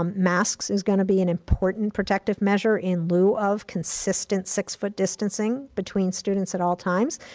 um masks is gonna be an important protective measure in lieu of consistent six-foot distancing between students at all times,